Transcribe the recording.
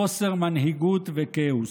חוסר מנהיגות וכאוס.